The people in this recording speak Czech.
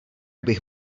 bych